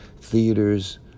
Theaters